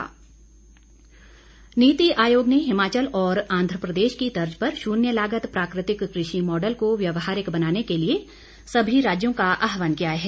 नीति आयोग नीति आयोग ने हिमाचल और आंधप्रदेश की तर्ज पर शून्य लागत प्राकृतिक कृषि मॉडल को व्यवहारिक बनाने के लिए समी राज्यों से आग्रह किया है